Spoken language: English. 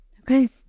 Okay